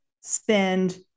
spend